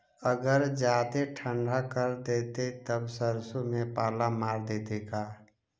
अगर जादे ठंडा कर देतै तब सरसों में पाला मार देतै का?